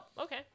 okay